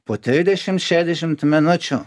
po tridešimt šedešimt minučių